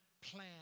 Plan